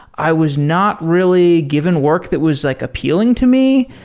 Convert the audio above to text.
i was not really given work that was like appealing to me.